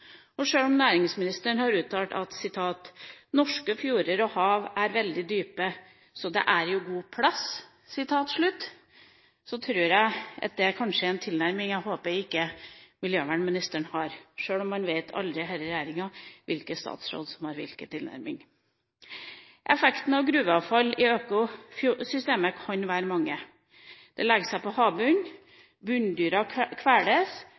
Og sjøl om næringsministeren har uttalt at norske fjorder og hav er veldig dype, så det er god plass, er det er en tilnærming jeg håper ikke miljøvernministeren har, sjøl om en aldri vet med denne regjeringa hvilken statsråd som har hvilken tilnærming. Effektene av gruveavfall i fjordøkosystemet kan være mange. Det legger seg på